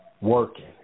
working